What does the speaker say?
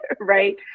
right